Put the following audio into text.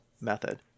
method